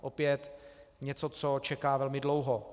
Opět něco, co čeká velmi dlouho.